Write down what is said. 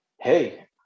hey